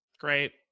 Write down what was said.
Great